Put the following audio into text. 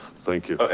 thank you.